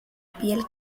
piel